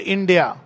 India